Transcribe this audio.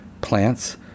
plants